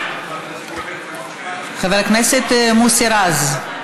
חבר הכנסת מוסי רז?